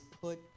put